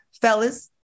Fellas